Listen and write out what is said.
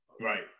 Right